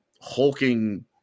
hulking